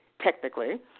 technically